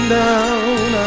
down